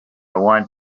want